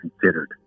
considered